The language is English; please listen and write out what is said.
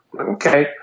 okay